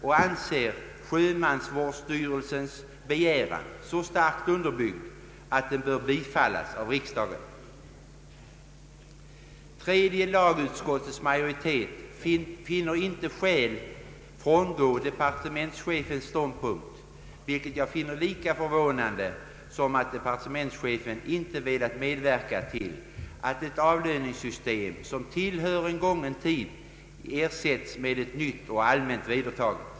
Vi anser att sjömansvårdsstyrelsens begäran är så starkt underbyggd, att den bör bifallas av riksdagen. Tredje lagutskottets majoritet finner emellertid inte skäl frångå departementschefens ståndpunkt, vilket enligt min uppfattning är lika förvånande som att departementschefen inte velat medverka till att ett avlöningssystem som tillhör en gången tid ersätts med ett nytt och allmänt vedertaget.